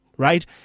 right